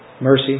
mercy